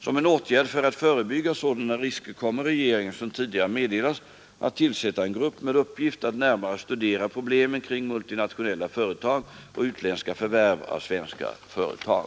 Som en åtgärd för att förebygga sådana risker kommer regeringen som tidigare meddelats att tillsätta en grupp med uppgift att närmare studera problemen kring multinationella företag och utländska förvärv av svenska företag.